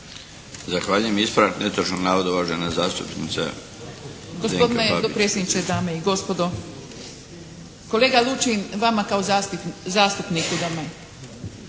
Zahvaljujem. Ispravak netočnog navoda uvaženi zastupnik